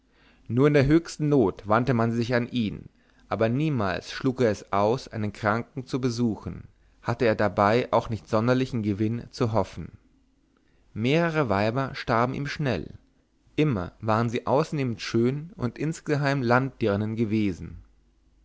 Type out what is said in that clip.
nur in der höchsten not wandte man sich an ihn aber niemals schlug er es aus einen kranken zu besuchen hatte er dabei auch nicht sonderlichen gewinn zu hoffen mehrere weiber starben ihm schnell immer waren sie ausnehmend schön und insgemein landdirnen gewesen